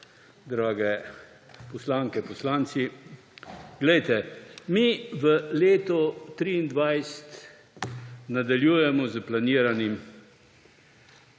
Drage poslanke, poslanci! Glejte, mi v letu 2023 nadaljujemo s planiranim